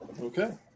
Okay